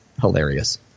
hilarious